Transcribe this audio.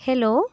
hello